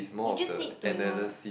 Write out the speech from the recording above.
you just need to know